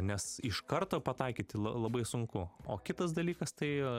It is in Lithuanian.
nes iš karto pataikyti labai sunku o kitas dalykas tai